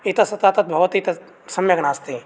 इतस्ततः तद् भवति तत् सम्यग् नास्ति